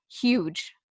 huge